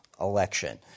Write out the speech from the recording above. election